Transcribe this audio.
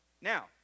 Now